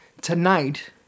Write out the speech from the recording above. tonight